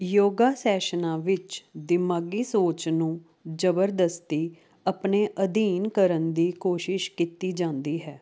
ਯੋਗਾ ਸੈਸ਼ਨਾਂ ਵਿਚ ਦਿਮਾਗੀ ਸੋਚ ਨੂੰ ਜ਼ਬਰਦਸਤੀ ਆਪਣੇ ਅਧੀਨ ਕਰਨ ਦੀ ਕੋਸ਼ਿਸ਼ ਕੀਤੀ ਜਾਂਦੀ ਹੈ